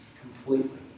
completely